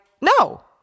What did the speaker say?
no